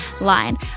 line